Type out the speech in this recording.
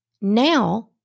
now